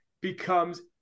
becomes